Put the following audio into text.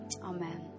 Amen